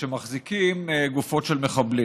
שמחזיקים גופות של מחבלים.